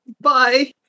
Bye